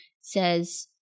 says